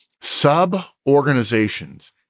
Sub-organizations